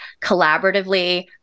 collaboratively